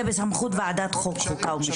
זה בסמכות ועדת החוקה, חוק ומשפט.